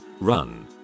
Run